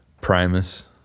Primus